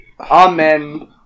Amen